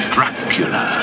Dracula